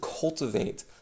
Cultivate